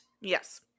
Yes